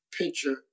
picture